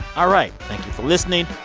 all right. thank you for listening.